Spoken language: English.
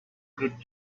get